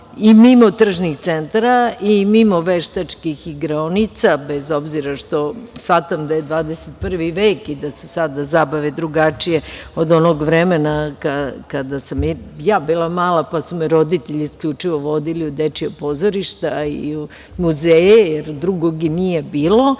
i mimo tržnih centara i mimo veštačkih igraonica, bez obzira što shvatam da je 21. vek i da su sada zabave drugačije od onog vremena kada sam ja bila mala, pa su me roditelji isključivo vodili u dečja pozorišta i u muzeje, jer drugoj nije bilo. Uz